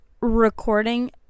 recording